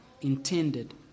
intended